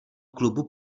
klubu